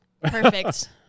Perfect